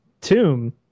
Tomb